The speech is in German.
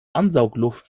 ansaugluft